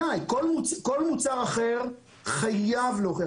כל מוצר אחר חייב להוכיח,